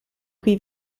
cui